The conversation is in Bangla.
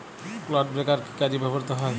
ক্লড ব্রেকার কি কাজে ব্যবহৃত হয়?